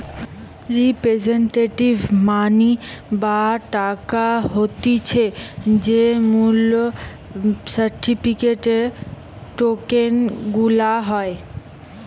representative money বা টাকা হতিছে যেই মূল্য সার্টিফিকেট, টোকেন গুলার হয়